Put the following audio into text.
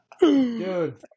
Dude